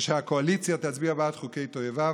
שהקואליציה תצביע בעד חוקי תועבה.